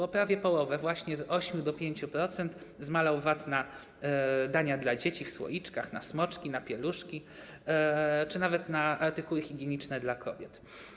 O prawie połowę, właśnie z 8% do 5%, zmalał VAT na dania dla dzieci w słoiczkach, na smoczki, pieluszki czy nawet na artykuły higieniczne dla kobiet.